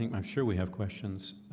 ah i'm sure we have questions